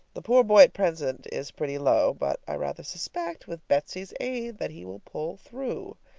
the poor boy at present is pretty low, but i rather suspect with betsy's aid that he will pull through.